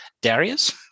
Darius